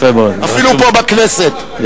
אפילו פה בכנסת,